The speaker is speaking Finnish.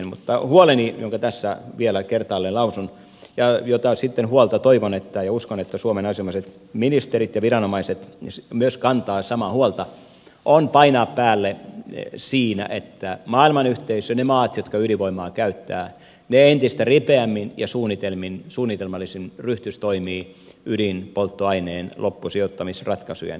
mutta huoleni jonka tässä vielä kertaalleen lausun ja jota samaa huolta toivon ja uskon että myös suomen asianomaiset ministerit ja viranomaiset kantavat koskee sitä että tulisi painaa päälle siinä että maailmanyhteisö ne maat jotka ydinvoimaa käyttävät entistä ripeämmin ja suunnitelmin suunnitelmallisin ryhtyisi toimiin ydinpolttoaineen loppusijoittamisratkaisujen